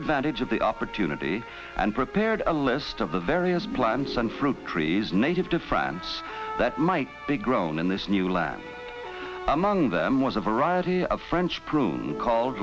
advantage of the opportunity and prepared a list of the various plants and fruit trees native to france that might be grown in this new land among them was a variety of french prune called